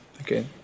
Okay